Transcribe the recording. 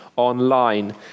online